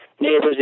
neighbors